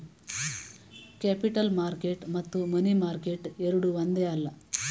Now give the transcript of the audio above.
capital market ಮತ್ತು money market ಎರಡೂ ಒಂದೇ ಅಲ್ಲ